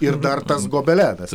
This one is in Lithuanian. ir dar tas gobelenas